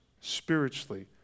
spiritually